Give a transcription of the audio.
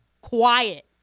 quiet